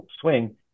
swing